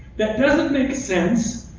that doesn't make sense,